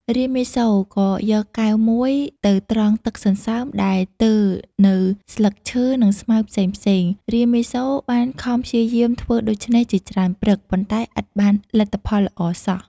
រាមាសូរក៏យកកែវមួយទៅត្រង់ទឹកសន្សើមដែលទើរនៅស្លឹកឈើនិងស្មៅផ្សេងៗ រាមាសូរបានខំព្យាយាមធ្វើដូច្នេះជាច្រើនព្រឹក ប៉ុន្តែឥតបានលទ្ធផលល្អសោះ។